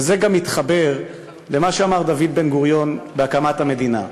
וזה גם מתחבר למה שאמר דוד בן-גוריון בהקמת המדינה.